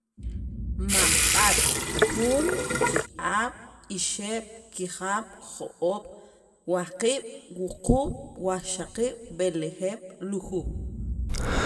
majb'aal, juun, ki'ab', ixeb', kijab', jo'oob', wajqiib', wuquub', wajxaqiib', b'elejeeb', lujuuj